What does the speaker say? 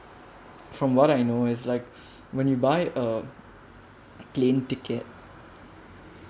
from what I know is like when you buy um place ticket